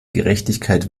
gerechtigkeit